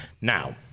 Now